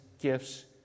gifts